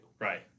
Right